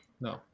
no